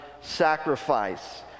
sacrifice